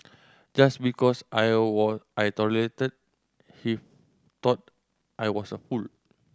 just because I I tolerated he thought I was a fool